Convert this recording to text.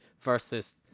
versus